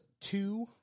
two